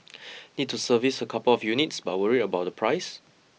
need to service a couple of units but worried about the price